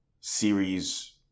series